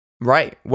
Right